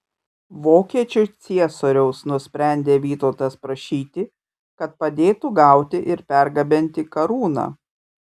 vokiečių ciesoriaus nusprendė vytautas prašyti kad padėtų gauti ir pergabenti karūną